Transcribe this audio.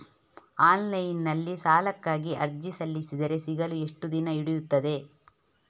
Online ನಲ್ಲಿ ಸಾಲಕ್ಕಾಗಿ ಅರ್ಜಿ ಸಲ್ಲಿಸಿದರೆ ಸಿಗಲು ಎಷ್ಟು ದಿನ ಹಿಡಿಯುತ್ತದೆ?